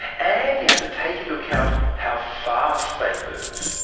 and you have to take into account how fast they move.